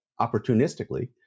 opportunistically